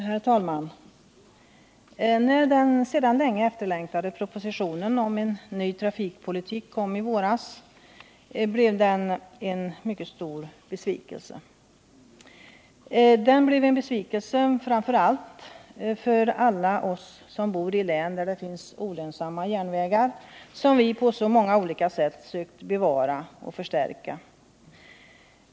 Herr talman! När den sedan länge efterlängtade propositionen om en ny trafikpolitik kom i våras blev den en mycket stor besvikelse. Den blev en besvikelse framför allt för alla oss som bor i län där det finns olönsamma järnvägar, som vi på så många olika sätt sökt bevara och förstärka.